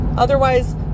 Otherwise